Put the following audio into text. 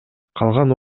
калган